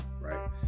right